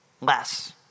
less